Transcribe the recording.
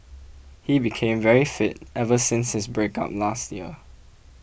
he became very fit ever since his breakup last year